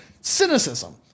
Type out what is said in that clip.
cynicism